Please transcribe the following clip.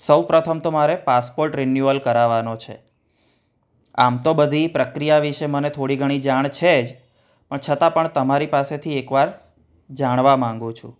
સૌ પ્રથમ તો મારે પાસપોર્ટ રિન્યૂઅલ કરાવાનો છે આમ તો મને બધી પ્રક્રિયા વિશે મને થોડી ઘણી જાણ છે જ પણ છતાં પણ તમારી પાસેથી એકવાર જાણવા માંગુ છું